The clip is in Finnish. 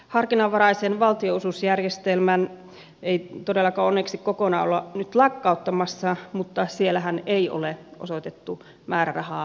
harkinnanvaraista valtionosuusjärjestelmää ei todellakaan onneksi kokonaan olla nyt lakkauttamassa mutta siellähän ei ole osoitettu määrärahaa laisinkaan